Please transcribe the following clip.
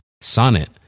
Sonnet